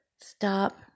Stop